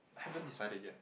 haven't decided yet